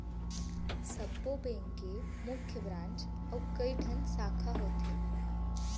सब्बो बेंक के मुख्य ब्रांच अउ कइठन साखा होथे